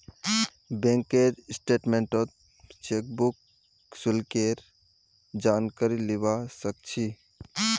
बैंकेर स्टेटमेन्टत चेकबुक शुल्केर जानकारी लीबा सक छी